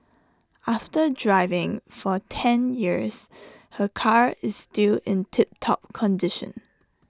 after driving for ten years her car is still in tip top condition